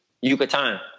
Yucatan